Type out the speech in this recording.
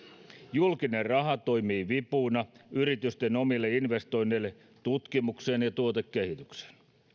julkinen raha toimii vipuna yritysten omille investoinneille tutkimukseen ja tuotekehitykseen